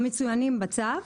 המצוינים בצו,